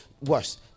worse